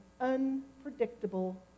unpredictable